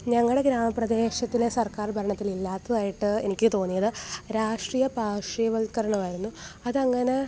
ഞങ്ങളുടെ ഗ്രാമപ്രദേശത്തിലെ സർക്കാർ ഭരണത്തിൽ ഇല്ലാത്തതായിട്ട് എനിക്ക് തോന്നിയത് രാഷ്ട്രീയ പാർഷ്യവൽക്കരണമായിരുന്നു അതങ്ങനെ